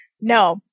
no